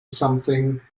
something